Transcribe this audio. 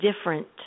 different